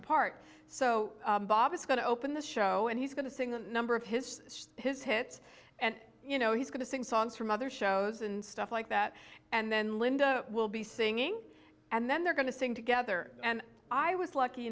apart so bob is going to open the show and he's going to sing the number of his his hits and you know he's going to sing songs from other shows and stuff like that and then linda will be singing and then they're going to sing together and i was lucky